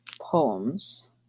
poems